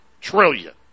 trillion